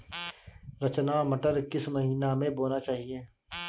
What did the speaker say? रचना मटर किस महीना में बोना चाहिए?